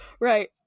right